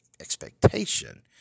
Expectation